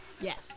yes